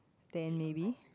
ten maybe